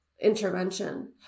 intervention